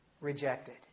rejected